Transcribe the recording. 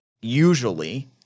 usually